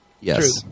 Yes